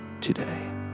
today